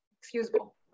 excusable